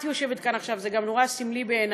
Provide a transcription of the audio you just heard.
את יושבת כאן עכשיו, זה גם נורא סמלי בעיני.